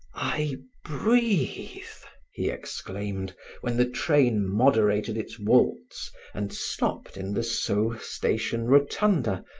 i breathe! he exclaimed when the train moderated its waltz and stopped in the sceaux station rotunda,